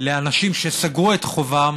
לאנשים שסגרו את חובם